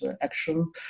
action